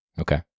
Okay